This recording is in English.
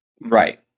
right